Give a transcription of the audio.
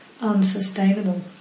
unsustainable